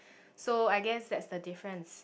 so I guess that's the difference